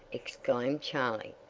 exclaimed charley,